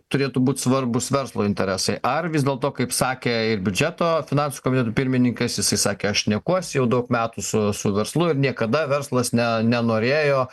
turėtų būt svarbūs verslo interesai ar vis dėlto kaip sakė ir biudžeto finansų komiteto pirmininkas jisai sakė aš šnekuosi jau daug metų su su verslu ir niekada verslas ne nenorėjo